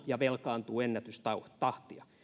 ja maa velkaantuu ennätysvauhtia